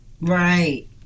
Right